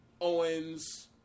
Owens